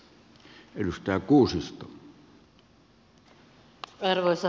arvoisa puhemies